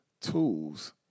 tools